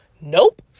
nope